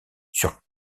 sur